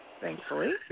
thankfully